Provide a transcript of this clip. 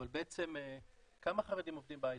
אבל בעצם כמה חרדים עובדים בהייטק?